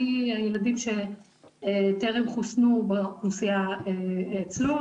מי הילדים שטרם חוסנו באוכלוסייה אצלו.